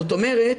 זאת אומרת,